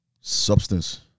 Substance